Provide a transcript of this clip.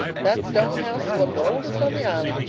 that stone house is one of the oldest on the island.